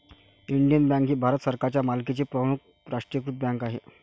Indian bank ही भारत सरकारच्या मालकीची प्रमुख राष्ट्रीयीकृत बँक आहे